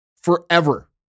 forever